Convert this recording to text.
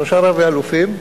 שלושה רבי-אלופים.